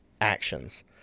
actions